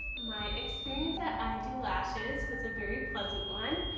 my experience at eye do lashes was a very pleasant one.